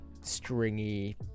stringy